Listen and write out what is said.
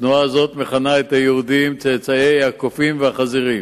התנועה הזאת מכנה את היהודים "צאצאי הקופים והחזירים".